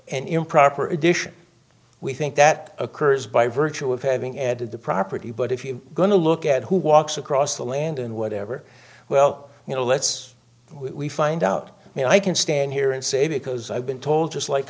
an improper addition we think that occurs by virtue of having added the property but if you're going to look at who walks across the land and whatever well you know let's we find out and i can stand here and say because i've been told just like